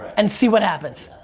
and see what happens.